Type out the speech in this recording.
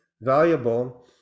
valuable